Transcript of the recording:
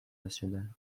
national